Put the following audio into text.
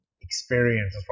experience